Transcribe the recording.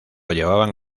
llevaban